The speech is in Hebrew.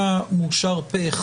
הצבעה אושר פה אחד.